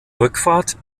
rückfahrt